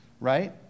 right